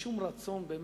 באמת אין שום רצון בשלום?